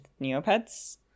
Neopets